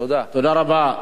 תודה רבה.